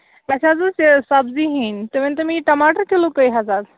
اَسہِ حظ ٲسۍ یہِ سَبزۍ ہیٚنۍ تُہۍ ؤنۍ تو مےٚ یہِ ٹَماٹر کِلوٗ کٔہے حظ اَز